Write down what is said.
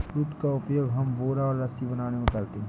jute का उपयोग हम बोरा और रस्सी बनाने में करते हैं